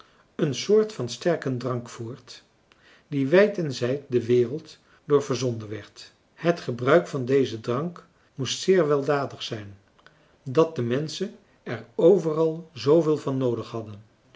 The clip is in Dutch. een soort van sterken drank voort die wijd en zijd de wereld door verzonden werd het gebruik van dezen drank moest zeer weldadig zijn dat de menschen er overal zooveel van noodig hadden